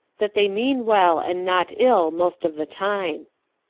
that they mean well and not ill most of the time.